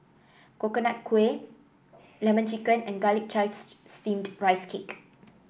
Coconut Kuih lemon chicken and Garlic Chives Steamed Rice Cake